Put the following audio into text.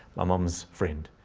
my mom's friend.